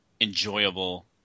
enjoyable